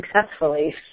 successfully